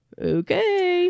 Okay